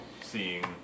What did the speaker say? seeing